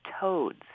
toads